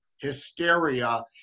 hysteria